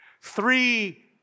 Three